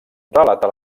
relata